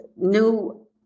new